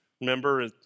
Remember